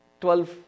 12